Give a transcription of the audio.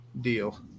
Deal